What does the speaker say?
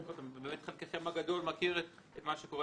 באמת חלקכם הגדול מכיר את מה שקורה